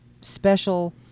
special